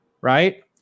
right